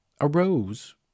arose